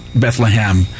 Bethlehem